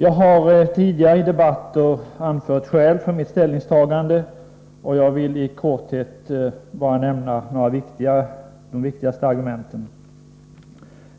Jag har tidigare i debatter anfört skäl för mitt ställningstagande, och jag vill i korthet bara nämna de viktigaste argumenten.